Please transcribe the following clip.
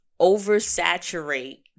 oversaturate